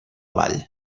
vall